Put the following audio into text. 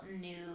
new